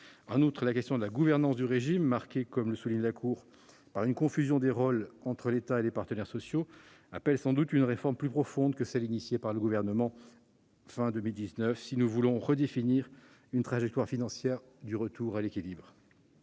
En outre, la question de la gouvernance du régime, marquée, comme le souligne la Cour, par une confusion des rôles entre l'État et les partenaires sociaux, appelle sans doute à une réforme plus profonde que celle qui a été engagée par le Gouvernement à la fin de 2019, si nous voulons redéfinir une trajectoire financière de retour à l'équilibre.